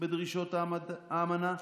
בדרישות האמנה,